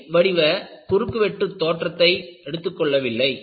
"I" வடிவ குறுக்குவெட்டு தோற்றத்தை எடுத்துக்கொள்ளவில்லை